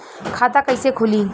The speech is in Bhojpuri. खाता कईसे खुली?